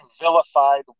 vilified